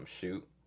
shoot